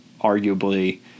arguably